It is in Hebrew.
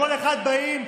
כל אחד מכם,